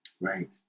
Right